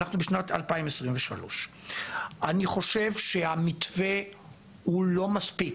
אנחנו בשנת 2023. אני חושב שהמתווה הוא לא מספיק.